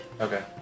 Okay